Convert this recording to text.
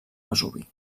vesuvi